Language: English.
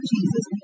Jesus